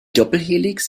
doppelhelix